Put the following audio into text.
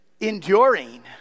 enduring